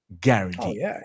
guarantee